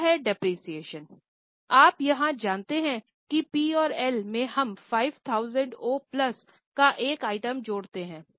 अगला है डेप्रिसिएशन आप यहां जानते हैं पी और एल में हम 5000 ओ प्लस का एक आइटम जोड़ते हैं